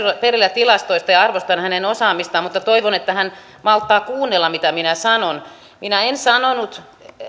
perillä tilastoista ja arvostan hänen osaamistaan mutta toivon että hän malttaa kuunnella mitä minä sanon minä en sanonut